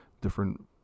different